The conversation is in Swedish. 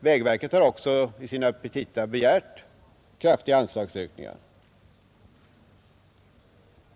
Vägverket har också i sina petita begärt kraftiga anslagshöjningar.